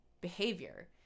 behavior